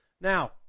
Now